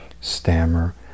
stammer